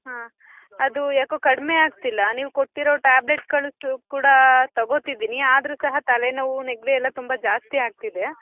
ಹಾಂ ಅದು ಯಾಕೋ ಕಡಿಮೆ ಆಗ್ತಿಲ್ಲ ನೀವು ಕೊಟ್ಟಿರೋ ಟ್ಯಾಬ್ಲೆಟ್ ಕಳ್ಸು ಕೂಡ ತಗೋತಿದ್ದೀನಿ ಆದರೂ ಸಹ ತಲೆನೋವು ನೆಗಡಿಯೆಲ್ಲ ತುಂಬ ಜಾಸ್ತಿ ಆಗ್ತಿದೆ